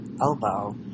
elbow